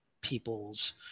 people's